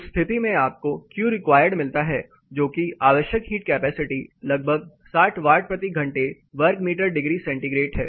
उस स्थिति में आपको Qreq मिलता है जोकि आवश्यक हीट कैपेसिटी लगभग 60 वाट प्रति घंटे वर्ग मीटर डिग्री सेंटीग्रेड है